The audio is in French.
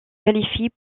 qualifient